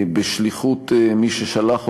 בשליחות מי ששלח אותו,